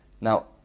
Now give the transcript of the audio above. Now